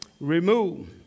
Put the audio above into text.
remove